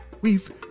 We've